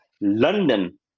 london